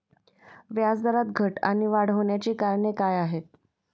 व्याजदरात घट आणि वाढ होण्याची कारणे काय आहेत?